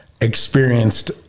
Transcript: experienced